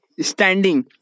standing